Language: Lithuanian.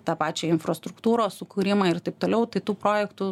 tą pačia infrastruktūros sukūrimą ir taip toliau tai tų projektų